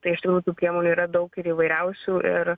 tai iš tikrųjų tų priemonių yra daug ir įvairiausių ir